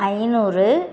ஐந்நூறு